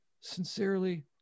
Sincerely